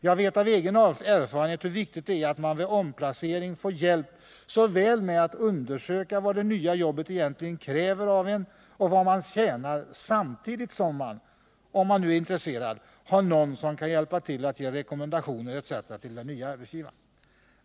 Jag vet av egen erfarenhet hur viktigt det är, att man vid omplacering får hjälp med att undersöka vad det nya jobbet egentligen kräver av en och vad man tjänar samtidigt som man — om man är intresserad — har någon som kan hjälpa till att ge rekommendationer etc. till den nye arbetsgivaren.